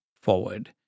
forward